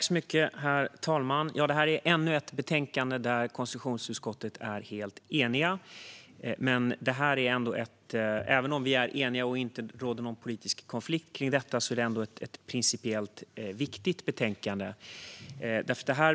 Herr talman! Detta är ännu ett betänkande där konstitutionsutskottet är helt enigt. Men även om vi är eniga och det inte råder någon politisk konflikt kring betänkandet är det principiellt viktigt.